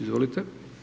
Izvolite.